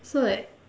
so like